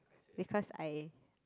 because I